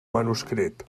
manuscrit